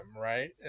right